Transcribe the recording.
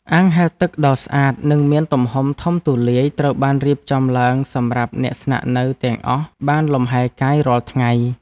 អាងហែលទឹកដ៏ស្អាតនិងមានទំហំធំទូលាយត្រូវបានរៀបចំឡើងសម្រាប់អ្នកស្នាក់នៅទាំងអស់បានលំហែកាយរាល់ថ្ងៃ។